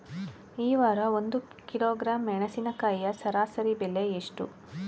ಈ ವಾರ ಒಂದು ಕಿಲೋಗ್ರಾಂ ಮೆಣಸಿನಕಾಯಿಯ ಸರಾಸರಿ ಬೆಲೆ ಎಷ್ಟು?